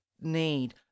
need